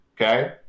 okay